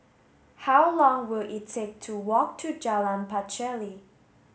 how long will it take to walk to Jalan Pacheli